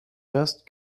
just